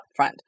upfront